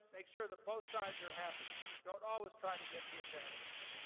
make sure that both sides are happy. don't always try to get the advantage.